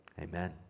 Amen